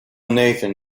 nathan